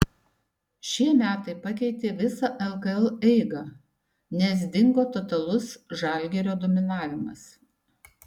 šie metai pakeitė visą lkl eigą nes dingo totalus žalgirio dominavimas